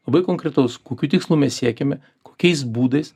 labai konkretaus kokių tikslų mes siekiame kokiais būdais